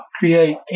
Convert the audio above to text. create